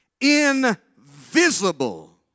invisible